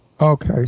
Okay